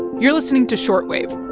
you're listening to short wave